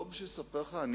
ולא משום שאני ירא ממך,